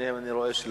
שניהם לא נמצאים.